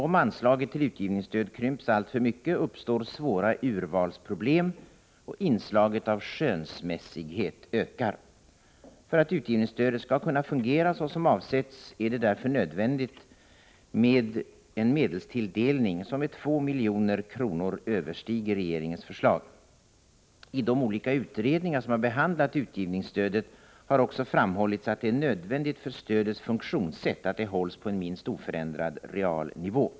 Om anslaget till utgivningsstöd krymps alltför mycket uppstår svåra urvalsproblem, och inslaget av skönsmässighet ökar. För att utgivningsstödet skall kunna fungera så som avsett är det därför nödvändigt med en medelstilldelning som med 2 milj.kr. överstiger regeringens förslag. I de olika utredningar som har behandlat utgivningsstödet har också framhållits att det är nödvändigt för stödets funktionssätt att det hålls på en minst oförändrad real nivå.